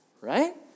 right